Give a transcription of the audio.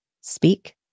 speak